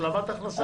השלמת הכנסה.